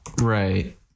right